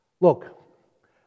Look